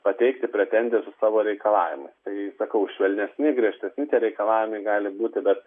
pateikti pretenziją su savo reikalavimais tai sakau švelnesni griežtesni reikalavimai gali būti bet